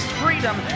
freedom